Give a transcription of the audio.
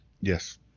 Yes